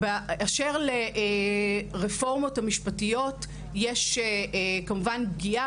באשר לרפורמות המשפטיות יש כמובן פגיעה,